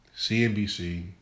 CNBC